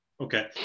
Okay